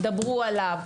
דברו עליו.